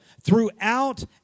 throughout